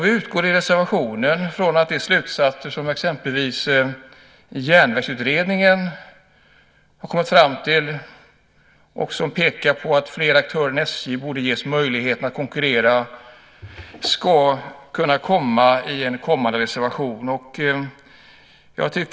Vi utgår i reservationen från att de slutsatser som exempelvis Järnvägsutredningen har kommit fram till, som pekar på att fler aktörer än SJ bör ges möjlighet att konkurrera, ska tas med i en kommande proposition.